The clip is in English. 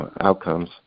outcomes